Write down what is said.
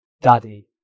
Daddy